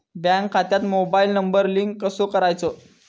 Bank खात्यात mobile number link कसो करायचो?